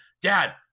Dad